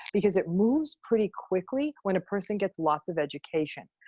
because it moves pretty quickly when a person gets lots of education.